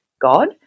God